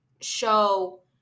show